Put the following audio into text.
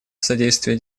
содействие